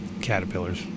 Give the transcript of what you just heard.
caterpillars